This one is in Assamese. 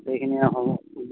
সেইখিনিয়ে হ'ব